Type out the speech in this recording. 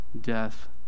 death